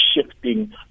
shifting